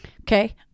Okay